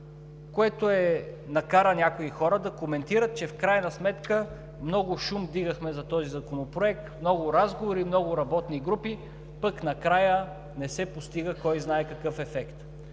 което накара някои хора да коментират, че в крайна сметка много шум вдигахме за този законопроект, много разговори, много работни групи, пък накрая не се постига кой знае какъв ефект,